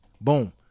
boom